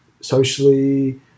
socially